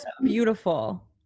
beautiful